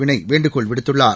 வினய் வேண்டுகோள் விடுத்துள்ளார்